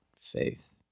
faith